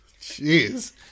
Jeez